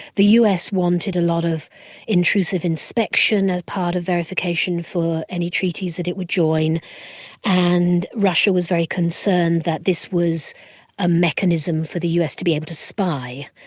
the us wanted a lot of entries of inspection as part of verification for any treaties that it would join and russia was very concerned that this was a mechanism for the us to be able to spy.